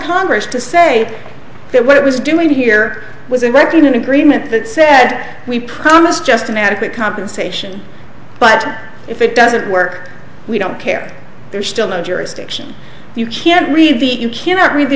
congress to say that what it was doing here was a record an agreement that said we promise just an adequate compensation but if it doesn't work we don't care there's still no jurisdiction you can't read the you can't read the